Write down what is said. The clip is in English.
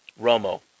Romo